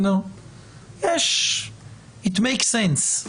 It makes sense.